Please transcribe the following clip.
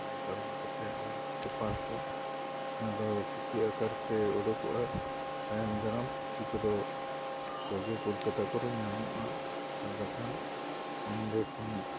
ᱟᱨ ᱚᱱᱠᱟ ᱞᱮᱠᱟ ᱠᱟᱛᱮᱫ ᱟᱹᱭᱤᱱ ᱠᱚᱠᱚ ᱯᱟᱥᱼᱟ ᱚᱱᱟᱫᱚ ᱯᱩᱛᱷᱤ ᱟᱠᱟᱨᱛᱮ ᱩᱰᱩᱠᱚᱜᱼᱟ ᱛᱟᱭᱚᱢ ᱫᱟᱨᱟᱢ ᱯᱩᱛᱷᱤ ᱠᱚᱫᱚ ᱡᱷᱚᱛᱚ ᱜᱮ ᱠᱳᱞᱠᱟᱛᱟ ᱠᱚᱨᱮ ᱧᱟᱢᱚᱜᱼᱟ ᱟᱨ ᱵᱟᱠᱷᱟᱱ ᱚᱸᱰᱮ ᱠᱷᱚᱱ